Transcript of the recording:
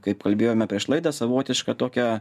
kaip kalbėjome prieš laidą savotiška tokią